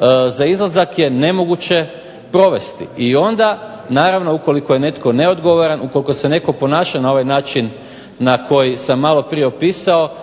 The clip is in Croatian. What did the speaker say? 1% za izlazak je nemoguće provesti. I onda naravno ukoliko je netko neodgovoran, ukoliko se netko ponaša na ovaj način na koji sam maloprije opisao